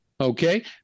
Okay